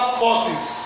forces